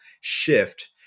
shift